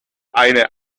eine